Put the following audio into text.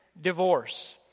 divorce